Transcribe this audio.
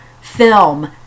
film